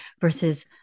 versus